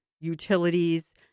utilities